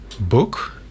book